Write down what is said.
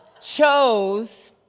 chose